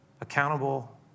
Accountable